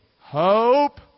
hope